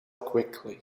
quickly